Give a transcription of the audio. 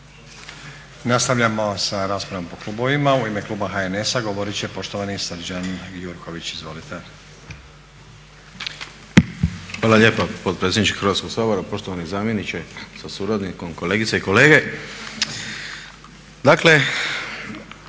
Nastavljamo sa raspravom po klubovima. U ime kluba HNS-a govorit će poštovani Srđan Gjurković, izvolite. **Gjurković, Srđan (HNS)** Hvala lijepa potpredsjedniče Hrvatskog sabora. Poštovani zamjeniče sa suradnikom, kolegice i kolege.